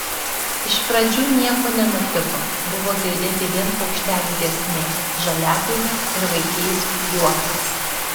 iš pradžių nieko nenutiko buvo girdėti vien paukštelių giesmė žoliapjovė ir vaikėzų juokas